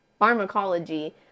pharmacology